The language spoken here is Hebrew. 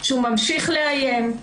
שהוא ממשיך לאיים עליהן.